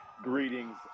Greetings